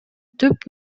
түп